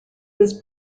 was